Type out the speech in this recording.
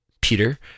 Peter